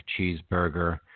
cheeseburger